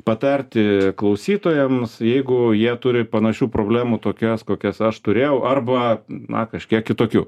patarti klausytojams jeigu jie turi panašių problemų tokias kokias aš turėjau arba na kažkiek kitokių